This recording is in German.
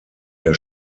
der